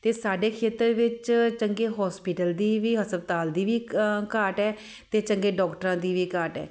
ਅਤੇ ਸਾਡੇ ਖੇਤਰ ਵਿੱਚ ਚੰਗੇ ਹੋਸਪਿਟਲ ਦੀ ਵੀ ਹਸਪਤਾਲ ਦੀ ਵੀ ਘਾਟ ਹੈ ਅਤੇ ਚੰਗੇ ਡੌਕਟਰਾਂ ਦੀ ਵੀ ਘਾਟ ਹੈ